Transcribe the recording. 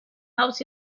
helps